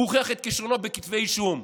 הוא הוכיח את כישרונו בכתבי אישום,